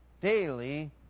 daily